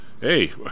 Hey